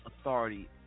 authority